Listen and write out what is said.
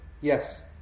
Yes